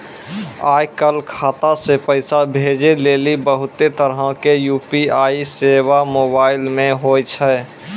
आय काल खाता से पैसा भेजै लेली बहुते तरहो के यू.पी.आई सेबा मोबाइल मे होय छै